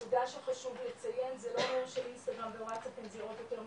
נקודה שחשוב לציין זה לא אומר שאינסטגרם הפגיעות היותר מסוכנות,